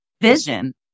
vision